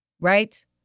Right